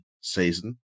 season